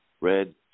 Red